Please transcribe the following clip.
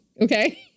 Okay